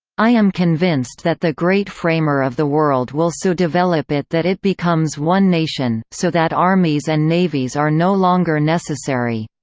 i am convinced that the great framer of the world will so develop it that it becomes one nation, so that armies and navies are no longer necessary.